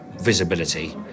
visibility